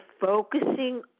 focusing